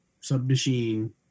submachine